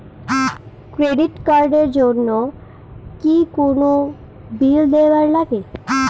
Credit card এর জন্যে কি কোনো বিল দিবার লাগে?